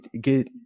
get